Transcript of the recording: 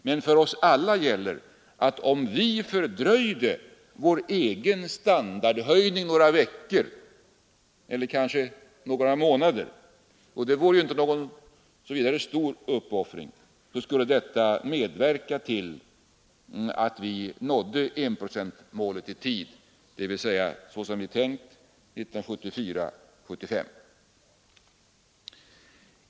Men för oss alla gäller att en fördröjning av vår egen standardhöjning med några veckor eller kanske några månader — vilket inte vore någon vidare stor uppoffring — skulle medverka till att vi uppnådde enprocentmålet i tid, dvs. såsom vi tänkt 1974/75.